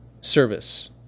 service